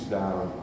down